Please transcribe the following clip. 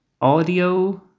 Audio